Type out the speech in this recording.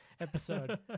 episode